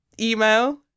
email